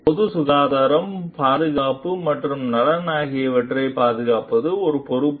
பொது சுகாதாரம் பாதுகாப்பு மற்றும் நலன் ஆகியவற்றைப் பாதுகாப்பது ஒரு பொறுப்பு